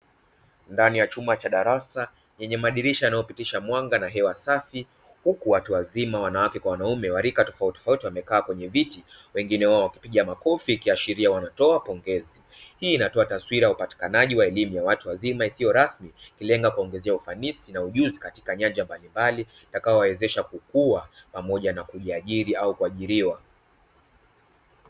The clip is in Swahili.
Ndani ya chumba cha darasa yenye madirisha yanapitisha mwanga na hewa safi, huku watu wazima wanawake kwa wanaume wa rika tofauti tofauti wamekaa kwenye viti wengine wao wakipiga makofi ikiashiria wanatoa pongezi. Hii inatoa taswira ya upatikanaji wa utoaji wa elimu ya watu wazima isiyo rasmi, ikilenga kuwaongezea ufanisi na ujuzi katika nyanja mbalimbali itakayowawezesha kukuwa katika kujiajiri au kuajiriwa.